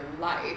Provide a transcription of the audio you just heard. life